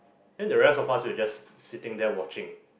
then the rest of us we were just sitting there watching